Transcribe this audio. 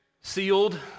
Sealed